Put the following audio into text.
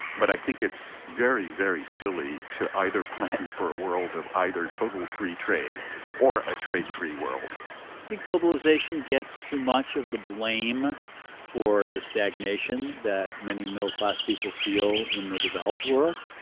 but i think it's very, very silly to either plan for a world of either total free trade or a trade-free world think globalization gets too much of the blame for the stagnation that many middle-class people feel in the developed world?